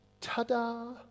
ta-da